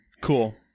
cool